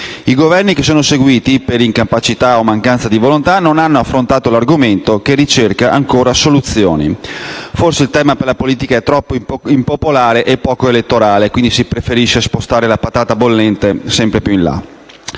I Governi che sono seguiti, per incapacità o mancanza di volontà, non hanno affrontato l'argomento per il quale si è ancora alla ricerca di soluzioni. Forse il tema per la politica è troppo impopolare e poco elettorale, quindi si preferisce spostare la patata bollente sempre più in là.